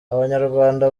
abanyarwanda